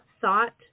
thought